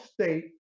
state